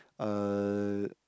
uh